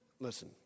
listen